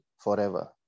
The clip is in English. forever